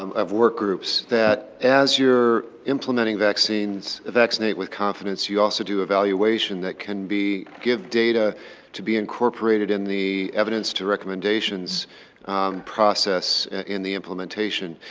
um of work groups, that as your implementing vaccines, vaccinate with confidence, you also do evaluation that can be give data to be incorporated in the evidence to recommendations process in the implementation,